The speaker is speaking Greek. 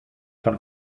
τον